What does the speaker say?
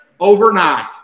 overnight